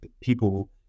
people